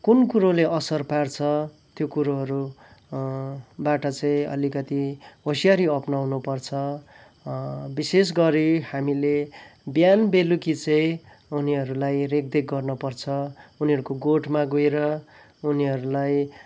कुन कुरोले असर पार्छ त्यो कुरोहरू बाट चाहिँ अलिकति होस्यारी अप्नाउनु पर्छ विशेष गरी हामीले बिहान बेलुकी चाहिँ उनीहरूलाई रेखदेख गर्न पर्छ उनीहरूको गोठमा गएर उनीहरूलाई